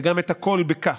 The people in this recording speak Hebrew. וגם את הכול, בכ'.